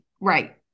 right